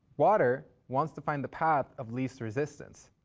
water wants to find the path of least resistance,